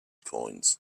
coins